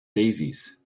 daisies